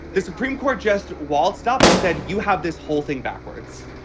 the supreme court just waltzed up and said, you have this whole thing backwards.